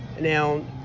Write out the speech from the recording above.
Now